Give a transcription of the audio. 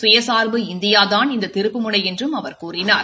சுயசா்பு இந்தியா தான் இந்த திருப்பு முனை என்றும் அவர் கூறினார்